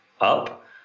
up